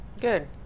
good